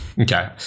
Okay